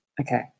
Okay